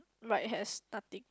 right has nothing